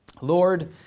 Lord